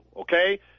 Okay